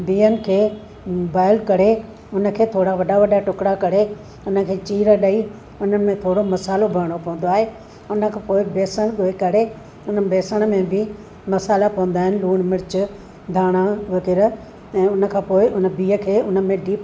बिहनि खे बॉयल करे हुनखे थोरा वॾा वॾा टुकड़ा करे उनखे चीर ॾेई हुन में थोरो मसालो भरणो पवंदो आहे उनखां पोइ बेसण ॻोए करे हुन बेसण में बि मसाला पवंदा आहिनि लूणु मिर्च धाणा वग़ैरह ऐं उनखां पोइ उन बिह खे उन में डिप